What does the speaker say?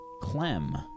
Clem